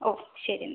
ഓ ശരിയെന്നാൽ